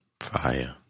Fire